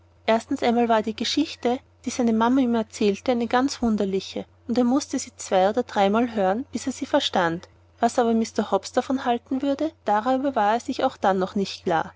erstens einmal war die geschichte die seine mama ihm erzählte eine ganz wunderliche und er mußte sie zwei oder dreimal hören bis er sie verstand was aber mr hobbs davon halten würde darüber war er sich auch dann noch nicht klar